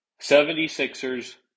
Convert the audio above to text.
76ers